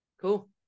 cool